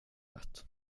rätt